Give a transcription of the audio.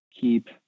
keep